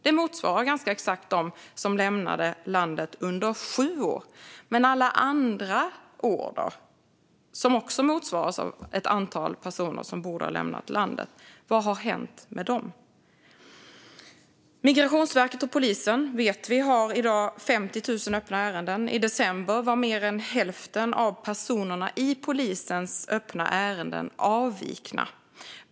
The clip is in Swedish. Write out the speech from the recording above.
Det motsvarar nästan exakt dem som lämnade landet under sju år. Men hur är det med alla andra år? Då borde också ett antal personer ha lämnat landet. Vad har hänt med dem? Migrationsverket och polisen har i dag 50 000 öppna ärenden. I december hade mer än hälften av personerna i polisens öppna ärenden avvikit.